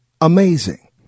Amazing